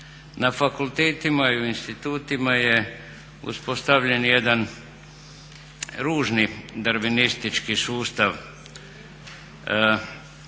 Na fakultetima i u institutima je uspostavljen jedan ružni darvinistički sustav,